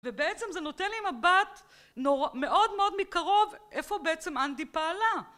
ובעצם זה נותן לי מבט מאוד מאוד מקרוב איפה בעצם אנדי פעלה.